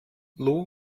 lou